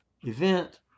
event